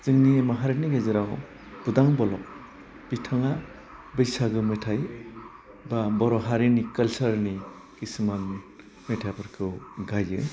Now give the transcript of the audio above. जोंनि माहारिनि गेजेराव बुदां बलब बिथाङा बैसागो मेथाइ बा बर' हारिनि कालसारनि खिसुमान मेथाइफोरखौ गाइयो